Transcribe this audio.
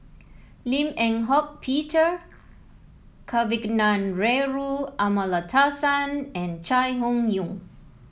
Lim Eng Hock Peter Kavignareru Amallathasan and Chai Hon Yoong